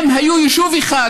הם היו יישוב אחד.